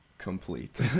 complete